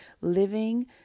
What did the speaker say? living